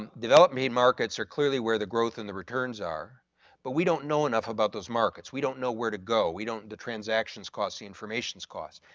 um develop made markets are clearly where the growth and the returns are but we don't know enough about those markets, we don't know where to go, we don't the transactions cost, the information cost.